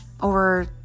over